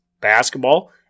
basketball